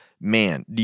Man